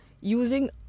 using